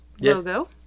logo